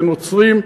לנוצרים,